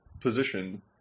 position